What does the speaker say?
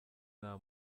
nta